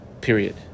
Period